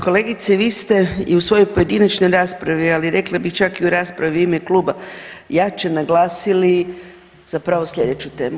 Kolegice vi ste i u svojoj pojedinačnoj raspravi, ali rekla bi čak i u raspravi u ime kluba jače naglasili zapravo slijedeću temu.